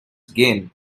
gain